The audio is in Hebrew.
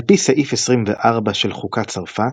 על פי סעיף 24 של חוקת צרפת,